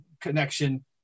connection